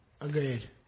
Agreed